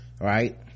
right